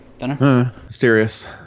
Mysterious